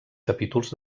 capítols